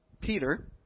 Peter